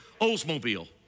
Oldsmobile